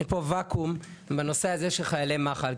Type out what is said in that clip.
יש פה ואקום בנושא הזה של חיילי מח"ל,